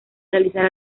realizar